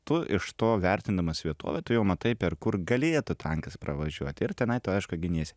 tu iš to vertindamas vietovę tu jau matai per kur galėtų tankas pravažiuoti ir tenai tu aišku giniesi